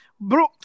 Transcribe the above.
Bro